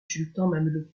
sultan